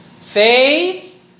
Faith